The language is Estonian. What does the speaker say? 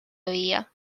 lüüa